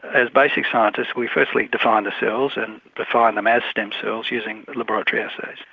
as basic scientists we firstly define the cells and define them as stem cells using laboratory assays.